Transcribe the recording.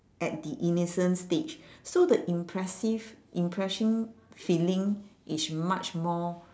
at the innocent stage so the impressive impression feeling is much more